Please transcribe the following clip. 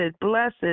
blessed